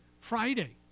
Friday